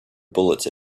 bullets